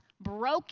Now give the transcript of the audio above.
broken